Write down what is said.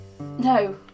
No